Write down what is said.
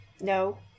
No